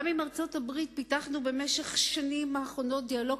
גם עם ארצות-הברית פיתחנו במשך השנים האחרונות דיאלוג